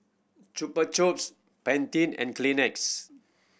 Chupa Chups Pantene and Kleenex